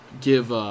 give